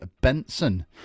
Benson